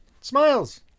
Smiles